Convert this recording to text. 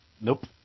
Nope